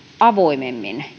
avoimemmin